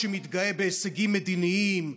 שמתגאה בהישגים מדיניים,